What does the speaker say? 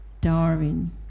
Darwin